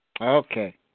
Okay